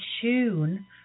tune